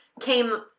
came